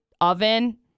oven